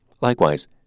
Likewise